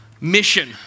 mission